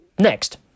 Next